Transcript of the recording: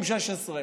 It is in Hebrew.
עם 16%?